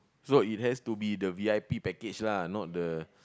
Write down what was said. so it has to be the v_i_p package lah not the